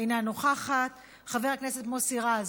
אינה נוכחת, חבר הכנסת מוסי רז,